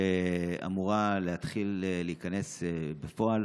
שאמורה להתחיל להיכנס לפועל,